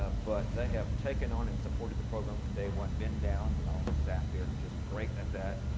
ah but they have taken on and supported the program from day one ben downs and all of his staff they are just great at that.